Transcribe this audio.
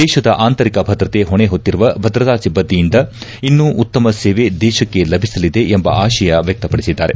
ದೇಶದ ಆಂತರಿಕ ಭದ್ರತೆ ಹೊಣೆಹೊತ್ತಿರುವ ಭದ್ರತಾ ಸಿಬ್ಲಂದಿಯಿಂದ ಇನ್ನು ಉತ್ತಮ ಸೇವೆ ದೇಶಕ್ಕೆ ಲಭಿಸಲಿದೆ ಎಂಬ ಆಶಯ ವ್ಯಕ್ತಪಡಿಸಿದ್ದಾರೆ